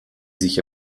sich